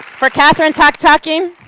for katherine tactaquin,